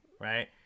right